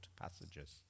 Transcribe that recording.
passages